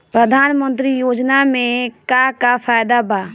प्रधानमंत्री योजना मे का का फायदा बा?